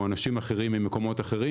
או אנשים אחרים ממקומות אחרים,